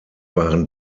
waren